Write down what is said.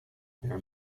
per